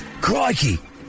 Crikey